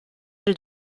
del